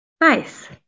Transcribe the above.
Nice